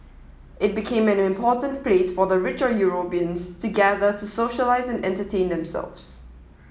it became an important place for the rich or Europeans to gather to socialise and entertain themselves